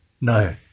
No